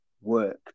work